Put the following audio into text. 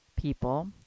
people